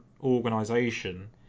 organization